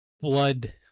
Blood